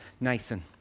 Nathan